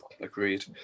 agreed